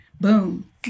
Boom